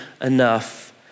enough